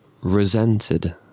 resented